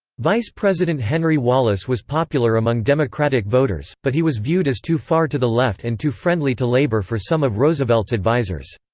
president henry wallace was popular among democratic voters, but he was viewed as too far to the left and too friendly to labor for some of roosevelt's advisers.